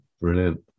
Brilliant